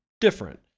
different